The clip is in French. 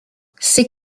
c’est